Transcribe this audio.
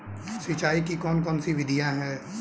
सिंचाई की कौन कौन सी विधियां हैं?